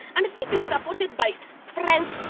and this is supported by friends,